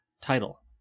title